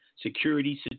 security